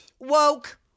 Woke